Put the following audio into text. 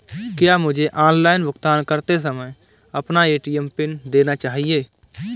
क्या मुझे ऑनलाइन भुगतान करते समय अपना ए.टी.एम पिन देना चाहिए?